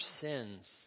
sins